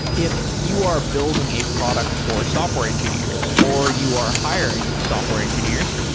if you are building a product for software engineers, or you are hiring software engineers,